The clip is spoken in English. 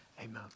Amen